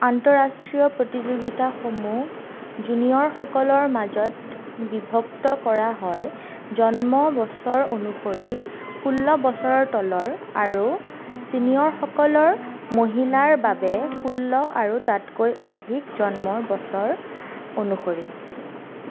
আন্তঃৰাষ্ট্ৰীয় প্ৰতিযোগিতাসমূহ জুনিয়ৰসকলৰ মাজত বিভক্ত কৰা হয় জন্ম বছৰ অনুসৰি ষোল্ল বছৰৰ তলৰ আৰু ছিনিয়ৰসকলৰ মহিলাৰ বাবে ষোল্ল আৰু তাতকৈ অধিক জন্মৰ বছৰ অনুসৰি